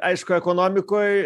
aišku ekonomikoj